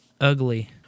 ugly